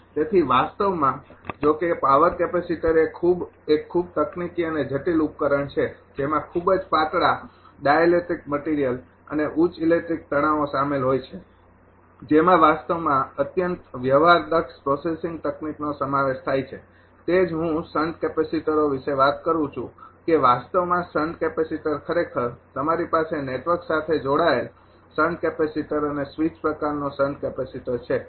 તેથી વાસ્તવમાં જો કે પાવર કેપેસિટર એ એક ખૂબ તકનીકી અને જટિલ ઉપકરણ છે જેમાં ખૂબ જ પાતળા ડાઇલેક્ટ્રિક મટિરિયલ અને ઉચ્ચ ઇલેક્ટ્રિક તણાવો શામેલ હોય છે જેમાં વાસ્તવમાં અત્યંત વ્યવહારદક્ષ પ્રોસેસિંગ તકનીકનો સમાવેશ થાય છે તે જ હું શંટ કેપેસિટર વિશે વાત કરું છું કે વાસ્તવમાં શંટ કેપેસિટર ખરેખર તમારી પાસે નેટવર્ક સાથે જોડાયેલ શંટ કેપેસિટર અને સ્વીચ પ્રકારનો શન્ટ કેપેસિટર છે